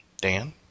dan